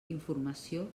informació